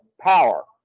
power